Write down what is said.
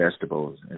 vegetables